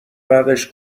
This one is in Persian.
بعدش